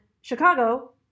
Chicago